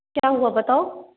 क्या हुआ बताओ